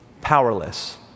Powerless